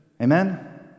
Amen